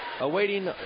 awaiting